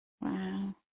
Wow